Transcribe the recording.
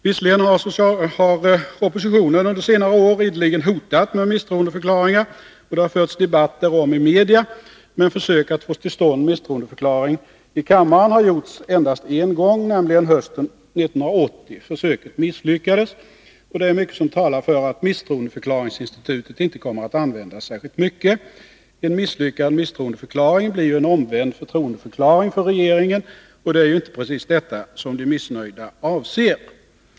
Visserligen har oppositionen under senare år ideligen hotat med misstroendeförklaringar, och det har förts debatt därom i media, men försök få till stånd missförtroendeförklaring i kammaren har gjorts endast en gång, nämligen hösten 1980. Försöket misslyckades. Det är mycket som talar för att misstroendeförklaringsinstitutet inte kommer att användas särskilt mycket. En misslyckad misstroendeförklaring blir ju en omvänd förtroendeförklaring för regeringen, och det är ju inte precis detta som de missnöjda avser.